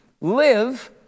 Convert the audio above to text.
live